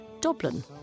Dublin